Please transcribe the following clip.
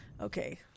okay